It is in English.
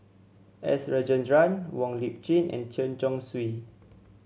S Rajendran Wong Lip Chin and Chen Chong Swee